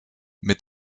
mit